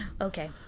Okay